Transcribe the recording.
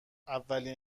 اولین